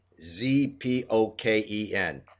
Z-P-O-K-E-N